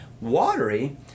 Watery